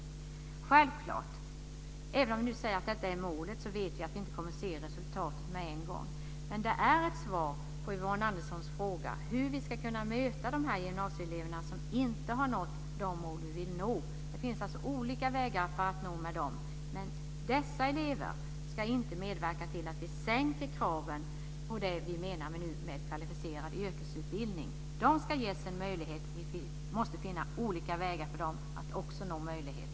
Självklart! Även om vi säger att detta är målet vet vi att vi inte kommer att se resultat med en gång. Men det är ett svar på Yvonne Anderssons fråga om hur vi ska möta de gymnasieelever som inte har nått de mål vi vill att de ska nå. Det finns olika vägar. Dessa elever ska inte medverka till att vi sänker kraven på det vi menar med kvalificerad yrkesutbildning. De ska ges en möjlighet. Vi måste finns olika vägar för dem att också nå denna möjlighet.